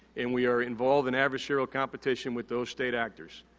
and, we are involved in adversarial competition with those state actors.